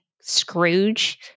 Scrooge